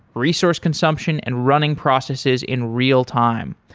resource consumption and running processes in real time.